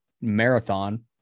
marathon